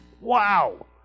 Wow